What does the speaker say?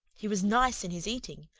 he was nice in his eating,